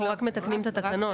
אנחנו רק מתקנים את התקנות.